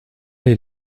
est